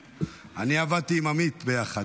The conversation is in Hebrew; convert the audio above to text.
עבדתי עם עמית ביחד.